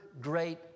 great